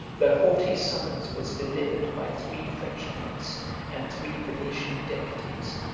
the haughty summons was delivered by three french knights and three venetian deputies,